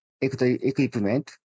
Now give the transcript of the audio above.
equipment